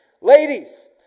Ladies